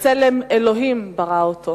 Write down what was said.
בצלם אלוהים ברא אותו,